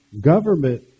government